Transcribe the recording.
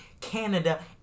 Canada